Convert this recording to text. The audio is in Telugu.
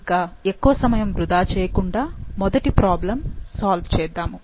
ఇక ఎక్కువ సమయం వృధా చేయకుండా మొదటి ప్రాబ్లెమ్ సాల్వ్ చేద్దాము